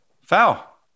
Foul